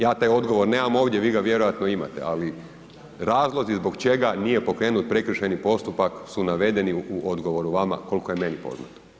Ja taj odgovor nemam ovdje, vi ga vjerojatno imate ali razlozi zbog čega nije pokrenut prekršajni postupak su navedeni u odgovoru vama, koliko je meni poznato.